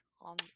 on